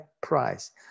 price